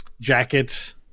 jacket